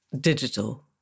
digital